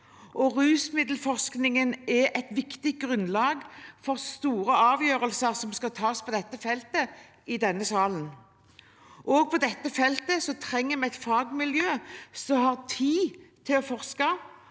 og rusmiddelforskningen er et viktig grunnlag for store avgjørelser som skal tas på dette feltet i denne salen. På dette feltet trenger vi et fagmiljø som har tid til å forske